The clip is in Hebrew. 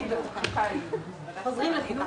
בעזרת השם